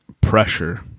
pressure